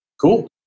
Cool